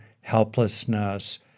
helplessness